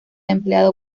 empleado